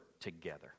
together